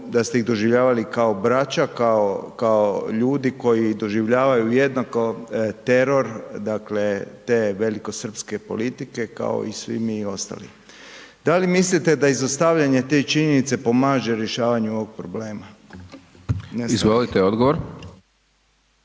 da ste ih doživljavali kao braća, kao ljudi koji doživljavaju jednako teror, dakle, te velikosrpske politike, kao i svi mi ostali. Da li mislite da izostavljanje te činjenice pomaže rješavanju ovog problema? **Hajdaš